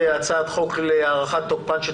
על סדר היום הצעת חוק להארכת תוקפן של